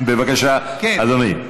בבקשה, אדוני.